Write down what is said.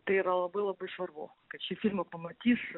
tai yra labai labai svarbu kad šį filmą pamatys